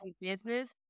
business